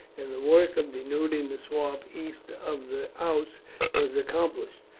and the work of denuding the swamps east of the ouse was accomplished.